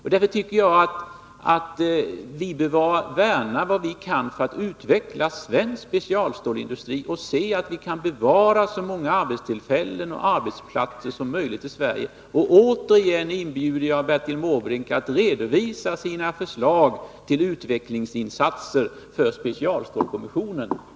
Vi bör göra vad vi kan för att värna om och utveckla den svenska specialstålsindustrin och bevara så många arbetstillfällen och arbetsplatser som möjligt i Sverige. Jag inbjuder återigen Bertil Måbrink att redovisa sina förslag till utvecklingsinsatser för specialstålskommissionen.